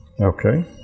Okay